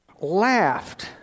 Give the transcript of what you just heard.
Laughed